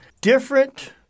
different